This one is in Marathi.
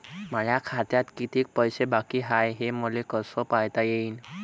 माया खात्यात कितीक पैसे बाकी हाय हे मले कस पायता येईन?